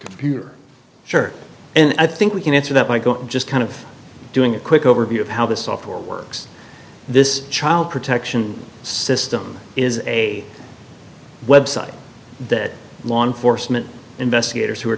computer shirt and i think we can answer that i don't just kind of doing a quick overview of how the software works this child protection system is a web site that law enforcement investigators who